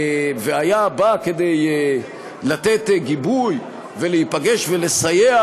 אם היה בא כדי לתת גיבוי ולהיפגש ולסייע,